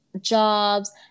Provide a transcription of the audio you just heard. jobs